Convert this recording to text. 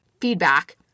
feedback